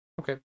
Okay